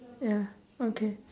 ya okay